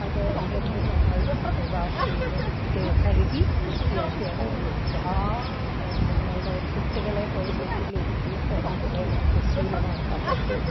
അത് എന്നും ഞങ്ങൾ വാഷ് ചെയ്ത് തെ കഴുകി വൃത്തിയാക്കിയാണ് ഉപയോഗിക്കാറ് പിന്നെ ഞങ്ങളുടെ കുട്ടികളെ ടോയിലെറ്റിലിരുത്തി ചെറുപ്പത്തിലെ ഞങ്ങൾക്ക് ശീലമാക്കാൻ പറ്റും